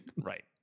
Right